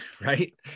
Right